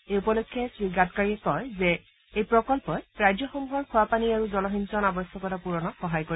এই উপলক্ষে শ্ৰীগাডকাৰীয়ে কয় যে এই প্ৰকল্পই ৰাজ্যসমূহৰ কোৱা পানী আৰু জলসিঞ্চন আৱশ্যকতা পূৰণত সহায় কৰিব